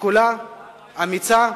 שקולה ואמיצה,